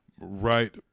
Right